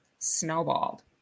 snowballed